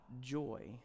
joy